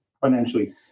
financially